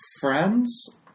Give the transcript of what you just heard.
friends